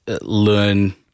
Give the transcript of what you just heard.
learn